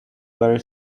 very